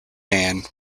man